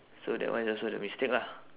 so that one is also the mistake lah